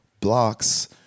blocks